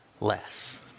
less